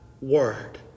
word